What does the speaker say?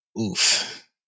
Oof